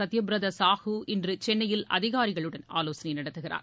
சத்தியபிரதா சாஹு இன்று சென்னையில் அதிகாரிகளுடன் ஆவோசனை நடத்துகிறார்